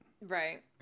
Right